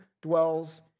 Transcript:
dwells